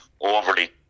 overly